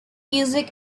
music